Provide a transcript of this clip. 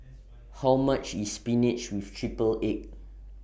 How much IS Spinach with Triple Egg